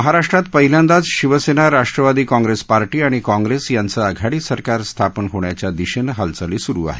महाराष्ट्रात पहिल्यादाच Shiv Sena Rashtravadi Congress party आणि काँग्रेस यांचं आघाडी सरकार स्थापन होण्याच्या दिशेनं हालचाली सुरु आहेत